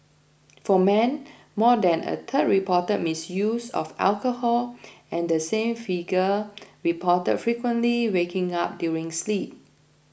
for men more than a third reported misuse of alcohol and the same figure reported frequently waking up during sleep